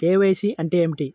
KYC అంటే ఏమిటి?